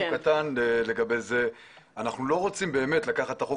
אנחנו באמת לא רוצים לקחת את החוק